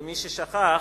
למי ששכח,